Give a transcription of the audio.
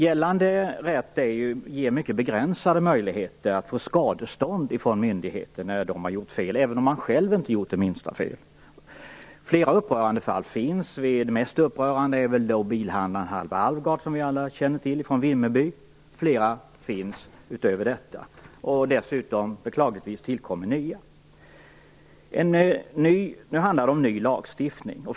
Gällande rätt ger mycket begränsade möjligheter att få skadestånd från myndigheter när de har gjort fel, även om man själv inte gjort det minsta fel. Det finns flera upprörande fall. Det mest upprörande är väl fallet med bilhandlaren Halvar Alvgard från Vimmerby, som vi alla känner till. Fler fall finns utöver detta. Dessutom tillkommer, beklagligtvis, nya. Nu handlar det om en ny lagstiftning.